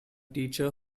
teacher